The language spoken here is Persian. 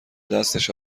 دستش